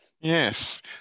Yes